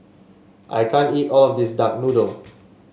I can't eat all of this Duck Noodle